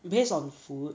based on food